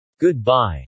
Goodbye